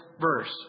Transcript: verse